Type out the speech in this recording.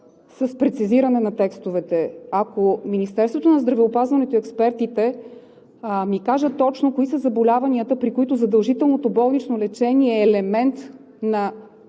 с прецизиране на текстовете. Ако Министерството на здравеопазването и експертите ми кажат точно кои са заболяванията, при които задължителното болнично лечение е елемент на